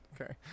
Okay